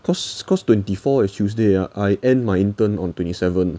cause cause twenty four is tuesday ah I end my intern on twenty seven